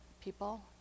people